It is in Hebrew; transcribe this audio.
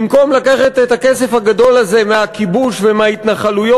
במקום לקחת את הכסף הגדול הזה מהכיבוש ומההתנחלויות,